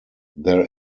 there